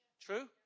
True